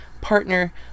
partner